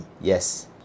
Yes